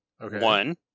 One